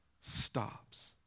stops